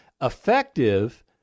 Effective